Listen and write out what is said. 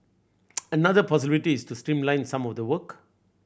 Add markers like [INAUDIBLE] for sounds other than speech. [NOISE] another possibility is to streamline some of the work